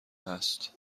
هست